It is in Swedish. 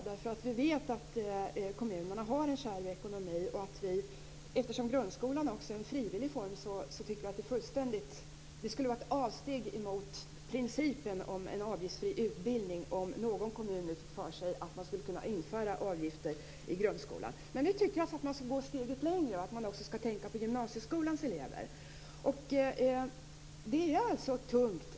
Vi vet nämligen att kommunerna har en kärv ekonomi, och eftersom grundskolan inte är en frivillig skolform skulle det vara ett avsteg från principen om en avgiftsfri utbildning om någon kommun fick för sig att införa avgifter där. Men vi tycker att man skall gå steget längre och även tänka på gymnasieskolans elever.